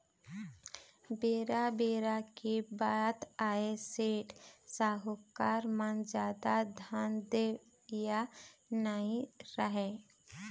बेरा बेरा के बात आय सेठ, साहूकार म जादा धन देवइया नइ राहय